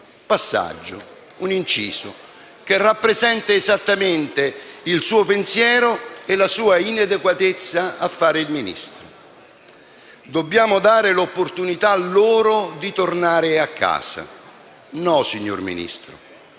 sue dichiarazioni che rappresenta esattamente il suo pensiero e la sua inadeguatezza a fare il Ministro: dobbiamo dare loro l'opportunità di tornare a casa. No, signor Ministro;